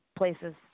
Places